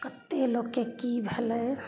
कते लोगके की भेलय